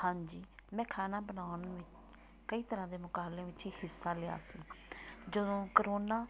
ਹਾਂਜੀ ਮੈਂ ਖਾਣਾ ਬਣਾਉਣ ਵਿ ਕਈ ਤਰ੍ਹਾਂ ਦੇ ਮੁਕਾਬਲਿਆਂ ਵਿੱਚ ਹਿੱਸਾ ਲਿਆ ਸੀ ਜਦੋਂ ਕਰੋਨਾ